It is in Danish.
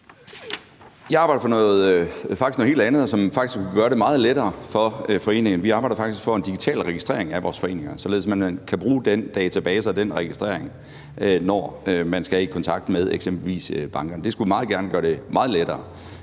Jeg arbejder faktisk for noget helt andet, som vil kunne gøre det meget lettere for foreningerne. Vi arbejder faktisk for en digital registrering af vores foreninger, således at man kan bruge den database og den registrering, når man skal i kontakt med eksempelvis bankerne. Det skulle meget gerne gøre det meget lettere,